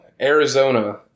Arizona